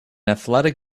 athletic